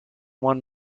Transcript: one